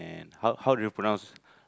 how how do you pronounce